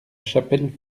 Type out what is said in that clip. chapelle